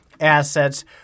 assets